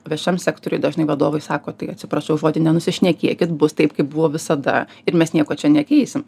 viešam sektoriuj dažnai vadovai sako tai atsiprašau žodį nenusišnekėkit bus taip kaip buvo visada ir mes nieko čia nekeisim